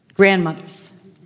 grandmothers